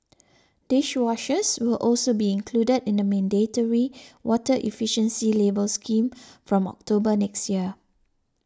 dishwashers will also be included in the mandatory water efficiency labelling scheme from October next year